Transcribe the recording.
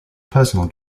personal